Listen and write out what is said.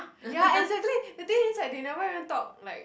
ya exactly the thing is like they never even talk like